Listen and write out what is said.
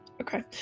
Okay